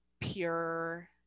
pure